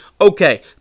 okay